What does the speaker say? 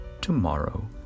tomorrow